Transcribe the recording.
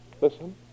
listen